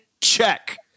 check